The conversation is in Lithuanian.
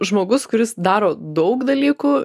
žmogus kuris daro daug dalykų